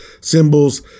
symbols